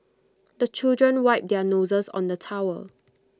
the children wipe their noses on the towel